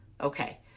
Okay